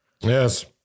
Yes